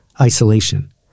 Isolation